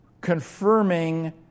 confirming